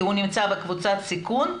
כי הוא נמצא בקבוצת סיכון,